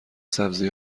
سبزی